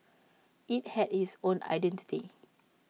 IT had its own identity